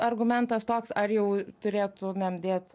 argumentas toks ar jau turėtumėm dėt